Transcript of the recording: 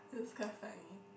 it was quite funny